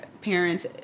parents